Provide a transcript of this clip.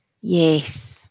yes